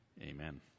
Amen